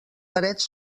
parets